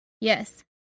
Yes